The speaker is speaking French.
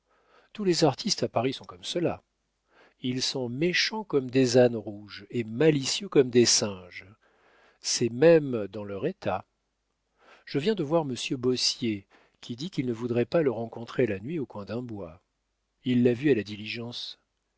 tous les artistes à paris sont comme cela ils sont méchants comme des ânes rouges et malicieux comme des singes c'est même dans leur état je viens de voir monsieur beaussier qui dit qu'il ne voudrait pas le rencontrer la nuit au coin d'un bois il l'a vu à la diligence